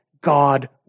God